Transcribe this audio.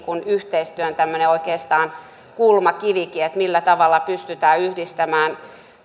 yhteistyön tämmöinen oikeastaan kulmakivikin se millä tavalla pystytään yhdistämään